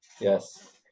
Yes